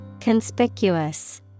Conspicuous